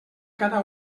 cada